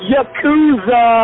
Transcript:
Yakuza